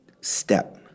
step